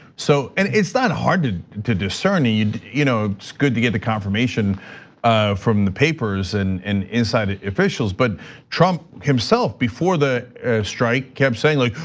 so and it's that hard to to discern, you know it's good to get the confirmation from the papers and and inside of officials. but trump himself before the strike kept saying like,